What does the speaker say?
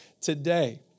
today